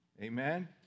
Amen